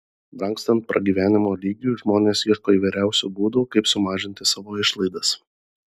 brangstant pragyvenimo lygiui žmonės ieško įvairiausių būdų kaip sumažinti savo išlaidas